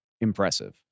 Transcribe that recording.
impressive